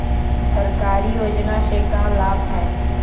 सरकारी योजना से का लाभ है?